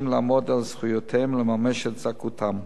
לעמוד על זכויותיהם ולממש את זכאותם.